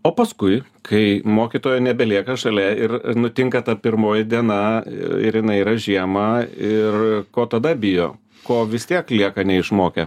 o paskui kai mokytojo nebelieka šalia ir nutinka ta pirmoji diena ir jinai yra žiemą ir ko tada bijo ko vis tiek lieka neišmokę